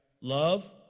Love